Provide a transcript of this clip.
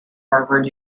harvard